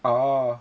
oh